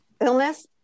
Illness